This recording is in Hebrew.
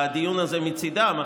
מצידם,